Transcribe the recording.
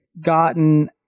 gotten